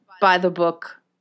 by-the-book